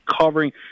covering